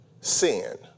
sin